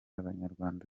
abanyarwanda